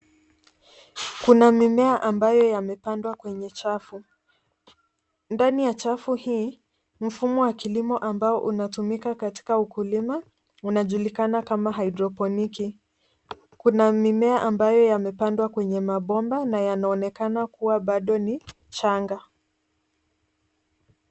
Kuna mimea ambayo yamepandwa kwenye chafu. Ndani ya chafu hii, mfumo wa kilimo ambao unatumika kwa ukulima unajulikana kama hydroponiki . Kuna mimea ambayo yamepandwa kwenye mabomba na yanaonekana kuwa bado ni changa.